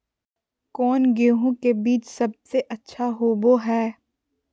कौन गेंहू के बीज सबेसे अच्छा होबो हाय?